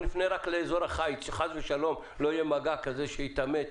נפנה רק לאזור החיץ כדי שחס ושלום לא יהיה מגע כזה שייטמא,